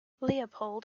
leopold